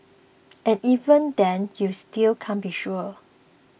and even then you still can't be sure